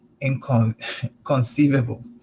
inconceivable